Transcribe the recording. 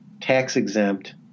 tax-exempt